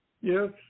Yes